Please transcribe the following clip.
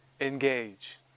Engage